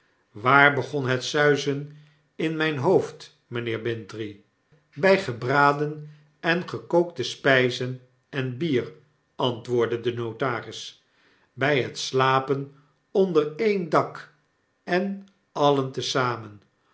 waar begon het suizen in mijn hoofd mynheer bintrey by gebraden en gekookte spijzen en bier antwoordde de notaris by het slapen onder een dak en alien te zamen